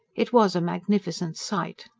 it was a magnificent sight.